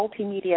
multimedia